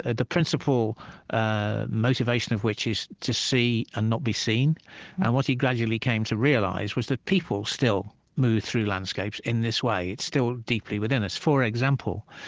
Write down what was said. ah the principal ah motivation of which is to see and not be seen. and what he gradually came to realize was that people still move through landscapes in this way. it's still deeply within us for example,